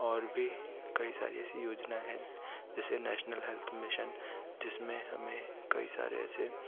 और भी कई सारी ऐसी योजनाएं हैं जैसे नैशनल हेल्थ मिशन जिसमें हमें कई सारे ऐसे